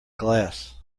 glass